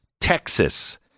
Texas